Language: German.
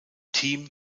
team